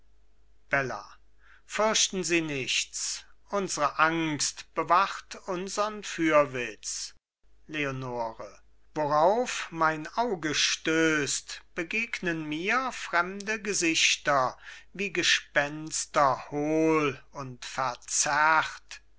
bella fürchten sie nichts unsre angst bewacht unsern fürwitz leonore worauf mein auge stößt begegenen mir fremde gesichter wie gespenster hohl und verzerrt